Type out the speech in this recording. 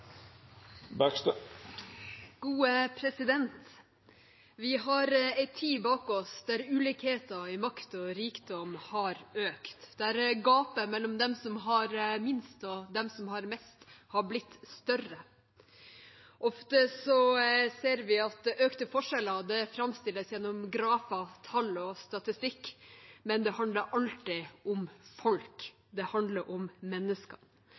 rikdom har økt, der gapet mellom dem som har minst, og dem som har mest, har blitt større. Ofte ser vi at økte forskjeller framstilles gjennom grafer, tall og statistikk, men det handler alltid om folk. Det handler om